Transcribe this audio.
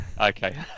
Okay